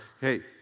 Hey